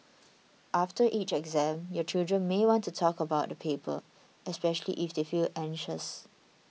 after each exam your children may want to talk about the paper especially if they feel anxious